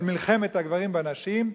של מלחמת הגברים בנשים,